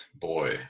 boy